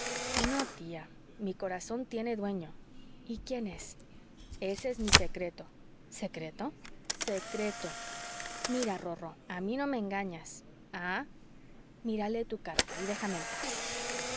no tía mi corazón tiene dueño y quién es ese es mi secreto secreto secreto mira rorró a mí no me engañas ah mira lee tu carta y déjame en paz